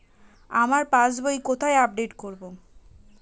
আমার পাস বই কোথায় আপডেট করব?